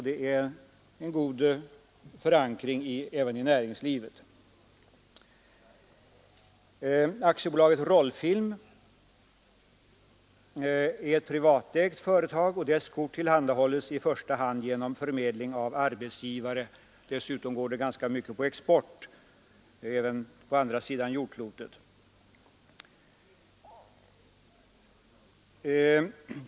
Det är alltså en god förankring även i näringslivet. AB Rollfilm är ett privatägt företag. Dess kort tillhandahålles i första hand genom förmedling av arbetsgivare. Dessutom går det ganska mycket på export, även till andra sidan jordklotet.